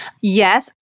Yes